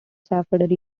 safford